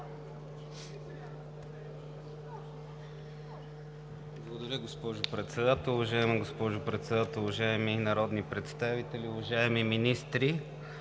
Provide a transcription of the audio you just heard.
Благодаря, госпожо Председател. Уважаема госпожо Председател, уважаеми народни представители, уважаеми министри!